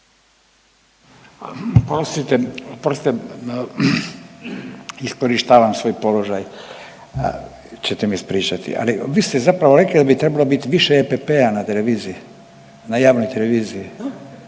oprostite iskorištavam svoj položaj ćete me ispričati, ali vi ste zapravo rekli da bi trebalo biti više EPP-a na televiziji na javnoj televiziji?